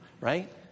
Right